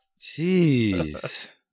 Jeez